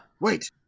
Wait